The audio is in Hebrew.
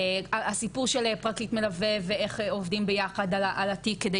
הסיפור של פרקליט מלווה ואיך זה עובדים ביחד על התיק כדי